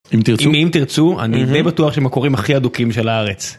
אם תרצו אם תרצו אני בטוח שהם הקוראים הכי אדוקים של הארץ.